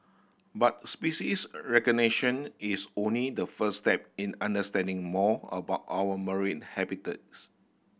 but species recognition is only the first step in understanding more about our marine habitats